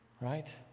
Right